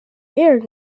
aired